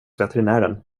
veterinären